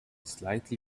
slightly